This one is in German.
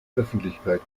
öffentlichkeit